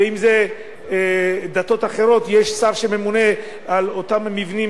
ואם זה דתות אחרות יש שר שממונה על אותם מבנים,